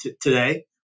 today